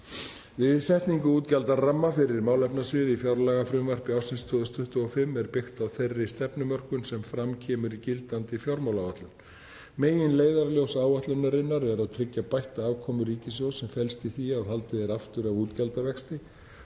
Við setningu útgjaldaramma fyrir málefnasvið í fjárlagafrumvarpi ársins 2025 er byggt á þeirri stefnumörkun sem fram kemur í gildandi fjármálaáætlun. Meginleiðarljós áætlunarinnar er að tryggja bætta afkomu ríkissjóðs sem felst í því að haldið er aftur af útgjaldavexti